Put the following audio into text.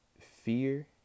fear